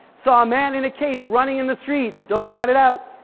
saw a man in a cape running in the street. don't shout it out.